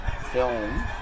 Film